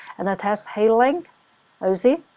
and test hey link you see,